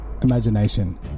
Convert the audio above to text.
Imagination